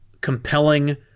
compelling